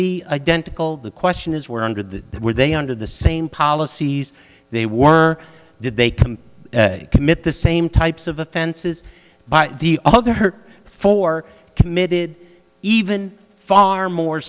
be identical the question is were under the were they under the same policies they were did they can commit the same types of offenses but the other four committed even far more